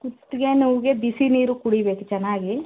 ಕುತ್ತಿಗೆ ನೋವಿಗೆ ಬಿಸಿನೀರು ಕುಡಿಬೇಕು ಚೆನ್ನಾಗಿ